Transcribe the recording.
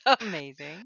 amazing